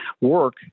work